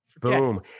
Boom